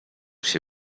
się